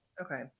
okay